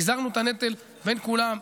פיזרנו את הנטל בין כולם,